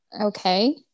Okay